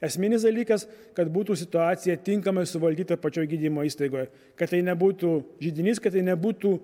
esminis dalykas kad būtų situacija tinkamai suvaldyta pačioj gydymo įstaigoje kad tai nebūtų židinys kad tai nebūtų